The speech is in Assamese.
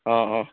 অঁ অঁ